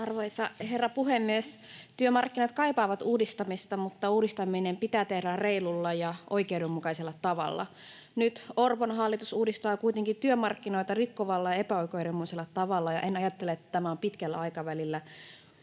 Arvoisa herra puhemies! Työmarkkinat kaipaavat uudistamista, mutta uudistaminen pitää tehdä reilulla ja oikeudenmukaisella tavalla. Nyt Orpon hallitus kuitenkin uudistaa työmarkkinoita rikkovalla ja epäoikeudenmukaisella tavalla, ja en ajattele, että tämä on pitkällä aikavälillä